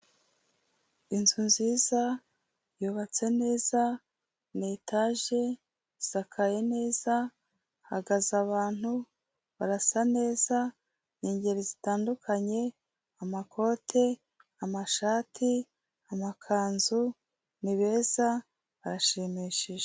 Inzu nziza, yubatse neza ni etaje isakaye neza hahagaze abantu barasa neza ni ingeri zitandukanye, amakote, amashati, amakanzu, ni beza barashimishije.